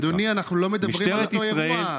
אדוני, אנחנו לא מדברים על אותו אירוע.